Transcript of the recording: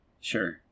sure